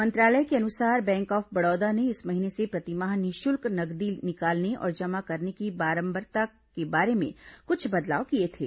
मंत्रालय के अनुसार बैंक ऑफ बड़ौदा ने इस महीने से प्रतिमाह निःशुल्क नकदी निकालने और जमा करने की बारंबारता के बारे में कुछ बदलाव किए थे